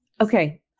Okay